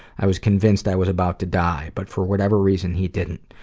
i was convinced i was about to die, but for whatever reason he didn't.